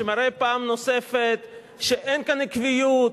שמראה פעם נוספת שאין כאן עקביות,